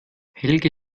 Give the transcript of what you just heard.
helge